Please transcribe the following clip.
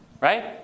Right